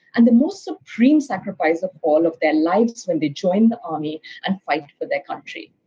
and the most supreme sacrifice of all of their lives when they join the army and fight for their country.